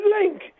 Link